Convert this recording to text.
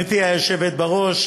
גברתי היושבת בראש,